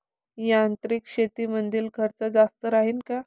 यांत्रिक शेतीमंदील खर्च जास्त राहीन का?